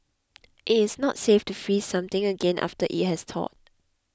it is not safe to freeze something again after it has thawed